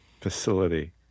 facility